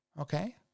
Okay